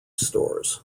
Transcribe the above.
stores